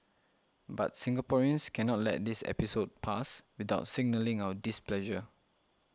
but Singaporeans cannot let this episode pass without signalling our displeasure